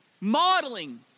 Modeling